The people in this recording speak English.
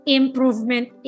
improvement